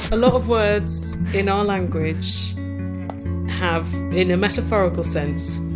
a lot of words in our language have, in a metaphorical sense,